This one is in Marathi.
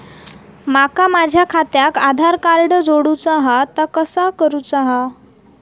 माका माझा खात्याक आधार कार्ड जोडूचा हा ता कसा करुचा हा?